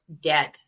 dead